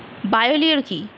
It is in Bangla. বায়ো লিওর কি?